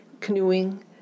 Canoeing